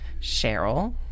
Cheryl